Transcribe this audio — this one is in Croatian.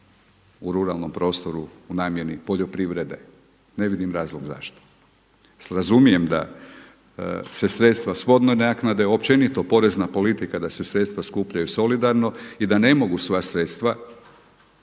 u ruralnom prostoru u namjeni poljoprivrede. Ne vidim razlog zašto. Razumijem da se sredstva s vodne naknade općenito porezna politika da se sredstva skupljaju solidarno i da ne mogu sva sredstva